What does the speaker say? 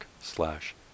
slash